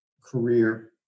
career